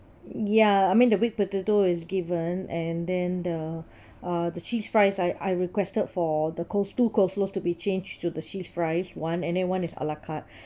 ya I mean the whipped potato is given and then the uh the cheese fries I I requested for the coles~ two coleslaws to be change to the cheese fries one and then one is ala carte